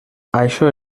això